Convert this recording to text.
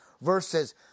versus